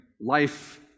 life